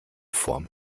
vor